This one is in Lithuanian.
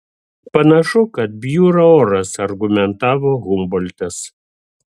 panašu kad bjūra oras argumentavo humboltas